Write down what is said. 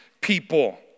people